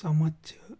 سَمَت چھِ